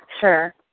Sure